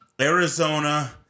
Arizona